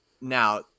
Now